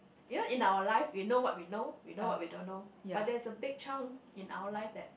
you know in our life we know what we know we know what we don't know but there's a big chunk in our life that